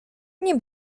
nie